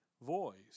voice